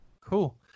Cool